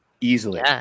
easily